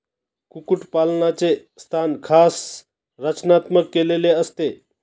कुक्कुटपालनाचे स्थान खास रचनात्मक केलेले असते